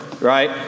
right